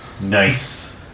Nice